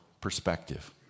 perspective